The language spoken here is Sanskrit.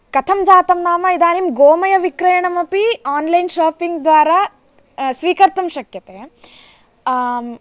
कथं जातं नाम इदानीं गोमयविक्रयणमपि आन्लैन् शापिङ्ग् द्वारा स्वीकर्तुं शक्यते